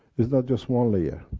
it's not just one layer.